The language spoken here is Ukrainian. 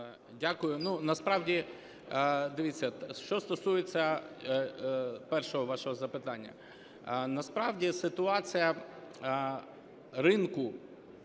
дивіться, що стосується першого вашого запитання. Насправді ситуація ринку